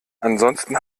ansonsten